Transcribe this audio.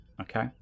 okay